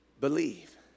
believe